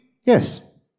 Yes